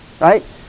right